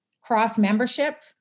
cross-membership